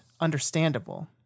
Understandable